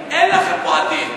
השביעית, אין לכם פה עתיד.